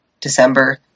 December